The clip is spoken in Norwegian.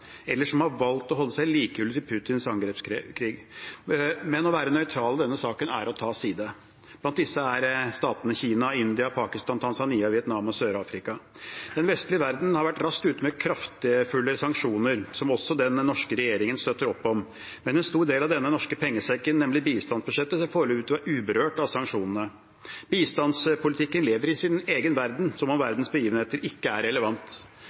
eller som har valgt å holde seg likegyldige til Putins angrepskrig, men å være nøytral i denne saken er å ta side. Blant disse er statene Kina, India, Pakistan, Tanzania, Vietnam og Sør-Afrika. Den vestlige verden har vært raskt ute med kraftfulle sanksjoner, som også den norske regjeringen støtter opp om. Men en stor del av denne norske pengesekken, nemlig bistandsbudsjettet, ser foreløpig ut til å være uberørt av sanksjonene. Bistandspolitikken lever i sin egen verden, som om verdens begivenheter ikke er